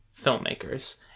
filmmakers